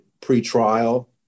pre-trial